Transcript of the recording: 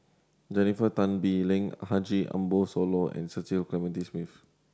Jennifer Tan Bee Leng Haji Ambo Sooloh and Cecil Clementi Smith